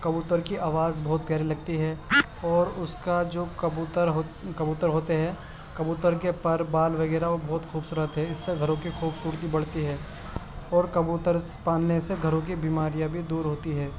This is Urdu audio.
کبوتر کی آواز بہت پیاری لگتی ہے اور اس کا جو کبوتر کبوتر ہوتے ہے کبوتر کے پر بال وغیرہ وہ بہت خوبصورت ہے اس سے گھروں کی خوبصورتی بڑھتی ہے اور کبوتر پالنے سے گھروں کی بیماریاں بھی دور ہوتی ہے